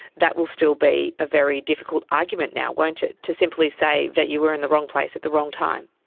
that will still be a very difficult argument now, won't it, to simply say that you were in the wrong place at the wrong time.